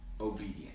obedient